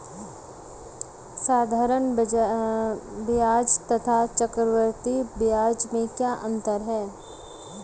साधारण ब्याज तथा चक्रवर्धी ब्याज में क्या अंतर है?